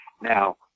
Now